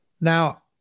Now